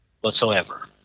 whatsoever